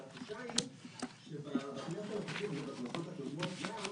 התחושה היא שבכנסת הנוכחית ובכנסות הקודמות גם,